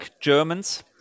Germans